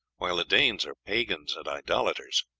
while the danes are pagans and idolaters.